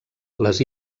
les